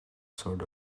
sort